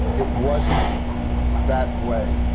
it wasn't that way.